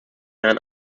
herrn